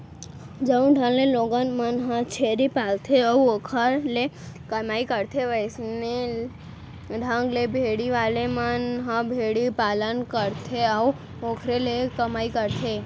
जउन ढंग ले लोगन मन ह छेरी पालथे अउ ओखर ले कमई करथे वइसने ढंग ले भेड़ी वाले मन ह भेड़ी पालन करथे अउ ओखरे ले कमई करथे